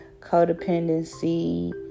codependency